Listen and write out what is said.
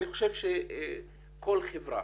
אני חושב שכל חברה,